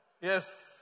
Yes